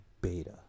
beta